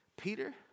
Peter